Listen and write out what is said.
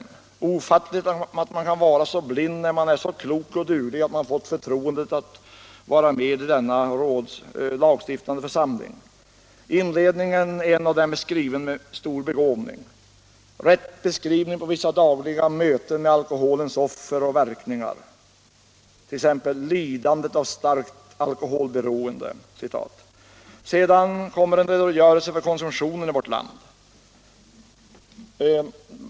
Det är ofattligt att man kan vara så blind när man är så klok och duglig att man fått förtroendet att vara med i denna lagstiftande församling. Inledningen i en av dessa motioner är skriven med stor begåvning. Det är rätt beskrivning på vissa dagliga möten med alkoholens offer och verkningar — det står t.ex. om ”lidandet av starkt alkoholberoende”. Sedan kommer en redogörelse för konsumtionen i vårt land.